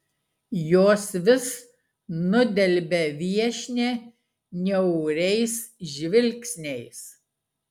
jos vis nudelbia viešnią niauriais žvilgsniais